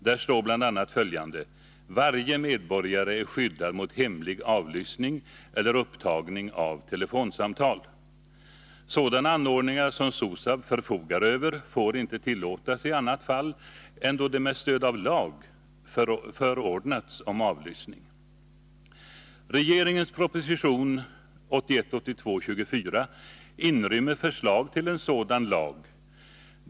Där står bl.a. följande: ”Varje medborgare är skyddad mot hemlig avlyssning eller upptagning av telefonsamtal.” Sådana anordningar, som SOSAB förfogar över, får inte tillåtas i annat fall än då det med stöd av lag förordnats om avlyssning. Regeringens proposition 1981/82:24 inrymmer förslag till en sådan lag.